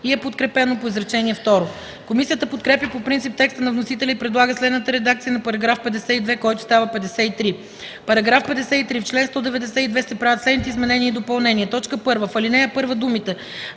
и е подкрепено по изречение второ. Комисията подкрепя по принцип текста на вносителя и предлага следната редакция на § 52, който става § 53: „§ 53. В чл. 192 се правят следните изменения и допълнения: 1. В ал. 1 думите